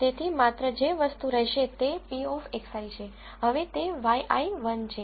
તેથી માત્ર જે વસ્તુ રહેશે તે p of xi છે હવે તે yi 1 છે